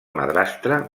madrastra